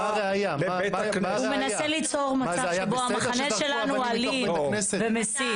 מה זה היה בסדר שזרקו אבנים מתוך בית הכנסת?